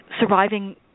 surviving